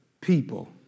people